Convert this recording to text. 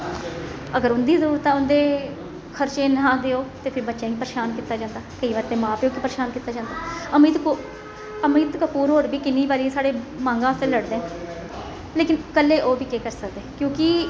अगर उं'दी जरुरतां उं'दे खर्चे निं दिंदे आं फिर बच्चे गी परेशान कीता जंदा केईं बारी ते मां प्यो गी परेशान कीता जंदा अमित अमित कपूर होर बी किन्नी बारी साढ़े मांगां आस्तै लड़दे न लेकिन इक्कले ओह बी केह् करी सकदे क्योंकि